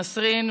נסרין,